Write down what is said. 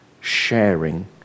sharing